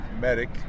medic